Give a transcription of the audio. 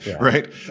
right